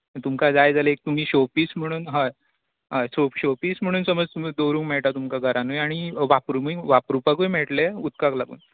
तुमका जाय जाल्यार एक तुमी शो पीस म्हणून हय हय शो शो पीस म्हणून समज दवरूंक मेळटा तुमका घरानूय आनी वापरू वापरूपाकूय मेळटलें उदकाक लागून